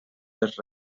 les